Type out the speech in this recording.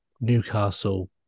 Newcastle